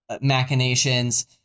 machinations